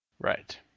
Right